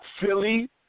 Philly